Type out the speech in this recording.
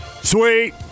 Sweet